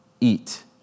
eat